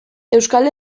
euskal